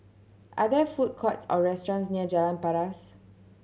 are there food courts or restaurants near Jalan Paras